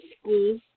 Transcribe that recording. school